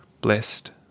Blessed